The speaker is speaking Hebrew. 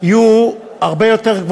יהיו הרבה יותר,